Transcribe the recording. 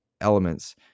elements